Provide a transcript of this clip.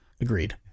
Agreed